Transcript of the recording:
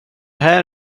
här